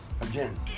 again